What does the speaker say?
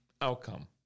outcome